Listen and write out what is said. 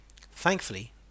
Thankfully